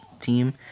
team